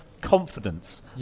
confidence